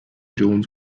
jones